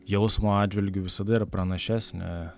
jausmo atžvilgiu visada yra pranašesnė